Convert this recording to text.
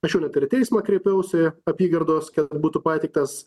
aš jau net ir į teismą kreipiausi apygardos kad būtų pateiktas